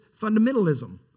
Fundamentalism